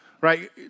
right